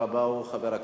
היושב-ראש,